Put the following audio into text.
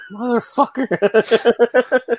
motherfucker